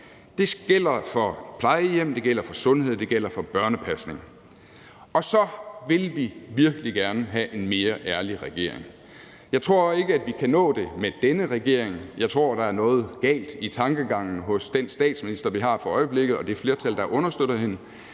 det gælder for sundhed, det gælder for børnepasning. Og så vil vi virkelig gerne have en mere ærlig regering. Jeg tror ikke, at vi kan nå det med denne regering – jeg tror, der er noget galt i tankegangen hos den statsminister, vi har for øjeblikket, og det flertal, der understøtter hende.